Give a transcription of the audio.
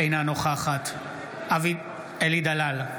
אינה נוכחת אלי דלל,